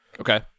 Okay